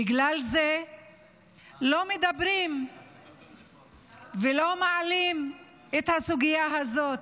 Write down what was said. בגלל זה לא מדברים ולא מעלים את הסוגיה הזאת.